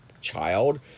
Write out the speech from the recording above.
child